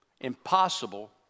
Impossible